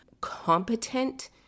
competent